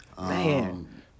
Man